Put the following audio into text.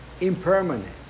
impermanent